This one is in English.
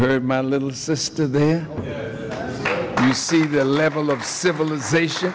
heard my little sister there you see the level of civilization